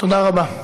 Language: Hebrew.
תודה רבה.